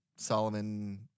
solomon